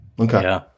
Okay